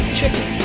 chicken